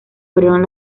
abrieron